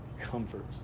comfort